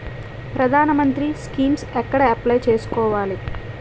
ప్రధాన మంత్రి స్కీమ్స్ ఎక్కడ అప్లయ్ చేసుకోవాలి?